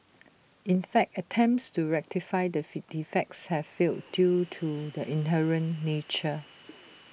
in fact attempts to rectify the defects have failed due to their inherent nature